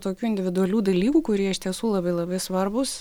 tokių individualių dalykų kurie iš tiesų labai labai svarbūs